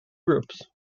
groups